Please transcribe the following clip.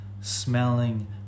smelling